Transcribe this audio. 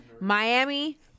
Miami